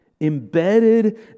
embedded